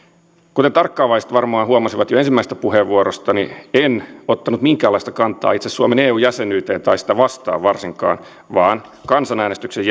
kuten tarkkaavaiset varmaan huomasivat jo ensimmäisestä puheenvuorostani en ottanut minkäänlaista kantaa itse suomen eu jäsenyyteen tai varsinkaan sitä vastaan vaan kansanäänestyksen